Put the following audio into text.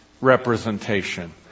representation